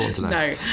no